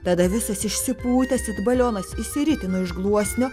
tada visas išsipūtęs it balionas išsiritino iš gluosnio